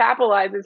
capitalizes